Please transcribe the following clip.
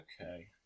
Okay